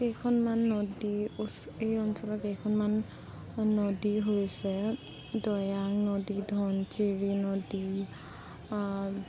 কেইখনমান নদী এই অঞ্চলৰ কেইখনমান নদী হৈছে নদী ধনশিৰি নদী